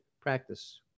practice